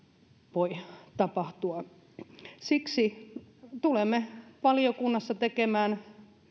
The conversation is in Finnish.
voi tapahtua siksi tulemme valiokunnassa tekemään